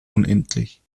unendlich